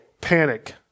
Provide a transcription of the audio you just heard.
panic